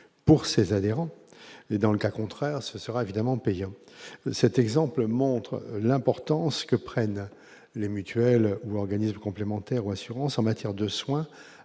pour ses adhérents et dans le cas contraire, ce sera évidemment payant cet exemple montre l'importance que prennent les mutuelles, organismes complémentaires ou assurances en matière de soins